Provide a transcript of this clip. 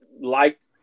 liked